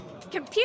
Computer